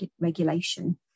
regulation